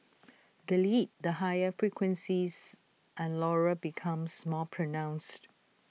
delete the higher frequencies and Laurel becomes more pronounced